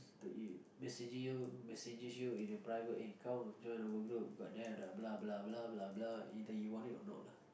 ~s message you messages you in the private in come join our group got that blah blah blah blah either you want it or not lah